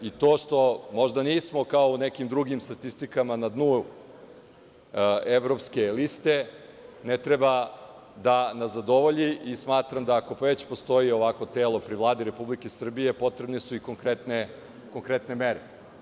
I to što možda nismo kao u nekim drugim statistikama na dnu evropske liste, ne treba da nas zadovolji i smatramo da ako već postoji ovakvo telo pri Vladi Republike Srbije, potrebne su i konkretne mere.